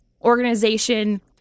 organization